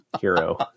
hero